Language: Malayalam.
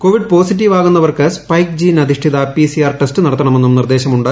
കൊവിഡ് പോസിറ്റീവ് ആകുന്നവർക്ക് സ്പൈക്ക് ജീൻ അധിഷ്ഠിത പിസിആർ ടെസ്റ്റ് നടത്തണമെന്നും നിർദേശമുണ്ട്